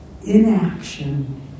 inaction